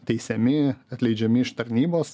teisiami atleidžiami iš tarnybos